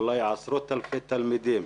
אולי לעשרות אלפי תלמידים,